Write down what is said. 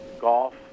golf